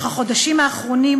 אך החודשים האחרונים,